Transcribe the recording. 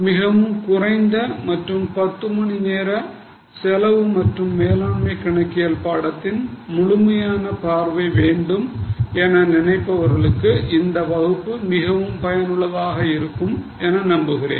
மிகவும் குறைந்த மற்றும் 10 மணி நேரம் செலவு மற்றும் மேலாண்மை கணக்கியல் பாடத்தின் முழுமையான பார்வை வேண்டும் என நினைப்பவர்களுக்கு இந்த வகுப்பு மிகவும் பயனுள்ளதாக இருக்கும் என நம்புகிறோம்